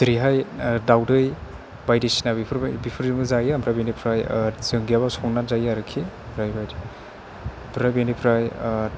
जेरैहाय दावदै बायदिसिना बेफोर बेफोरजोंबो जायो ओमफ्राय बेनिफ्राय जों गैयाबाबो संना जायो आरोखि ओमफ्राय बायदि ओमफ्राय बेनिफ्राय